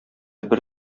бер